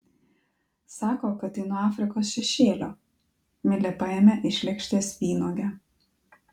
sako kad tai nuo afrikos šešėlio milė paėmė iš lėkštės vynuogę